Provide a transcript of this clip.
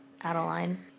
Adeline